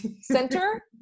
center